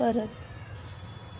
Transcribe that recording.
परत